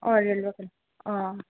অঁ ৰেলৱে অঁ